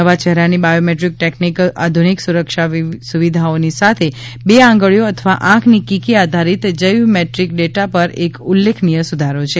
નવા ચહેરાની biometric technique આધુનિક સુરક્ષા સુવિધાઓની સાથે બે આંગળીઓ અથવા આંખની કીકી આધારિત જૈવ મેટ્રિક ડેટા પર એક ઉલ્લેખનીય સુધારો છે